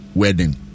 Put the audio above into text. wedding